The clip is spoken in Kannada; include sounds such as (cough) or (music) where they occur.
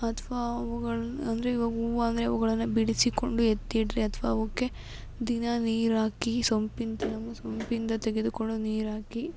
ಅಥವಾ ಅವುಗಳ ಅಂದರೆ ಇವಾಗ ಹೂವ ಆದರೆ ಅವುಗಳನ್ನ ಬಿಡಿಸಿಕೊಂಡು ಎತ್ತಿಡ್ರಿ ಅಥವಾ ಅವಕ್ಕೆ ದಿನಾ ನೀರಾಕಿ ಸೊಂಪಿಂದ (unintelligible) ಸೊಂಪಿಂದ ತೆಗೆದುಕೊಂಡು ನೀರಾಕಿ